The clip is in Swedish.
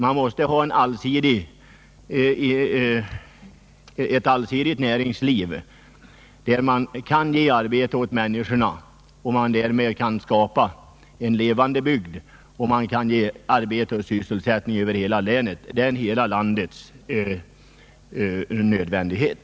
Det måste finnas ett allsidigt näringsliv så att man kan erbjuda arbetstillfällen åt människorna över hela länen — och därmed skapa en levande bygd. Det är en nödvändighet för hela landet.